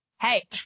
hey